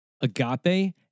Agape